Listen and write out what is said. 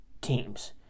teams